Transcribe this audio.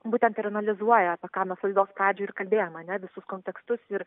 būtent ir analizuoja apie ką mes laidos pradžioj ir kalbėjom ar ne visus kontekstus ir